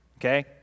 Okay